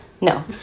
No